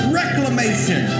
reclamation